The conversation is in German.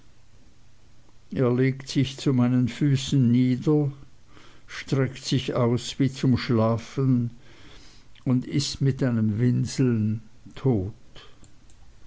er legt sich zu meinen füßen nieder streckt sich aus wie zum schlafen und ist mit einem winseln tot